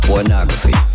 Pornography